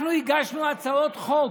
אנחנו הגשנו הצעות חוק